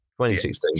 2016